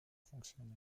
fonctionner